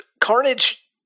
Carnage